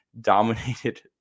dominated